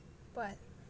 what